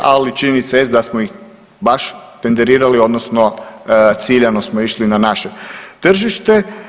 Ali činjenica jest da smo ih baš tenderirali, odnosno ciljano smo išli na naše tržište.